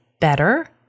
better